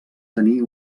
tenir